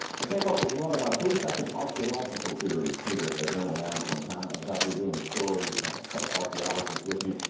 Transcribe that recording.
i came up with one of my three second archaeological theories here at emerald mounds one time. i was out here doing a story, and had a couple archaeologists with me.